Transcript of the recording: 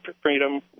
freedom